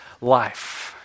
life